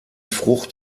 frucht